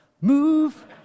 move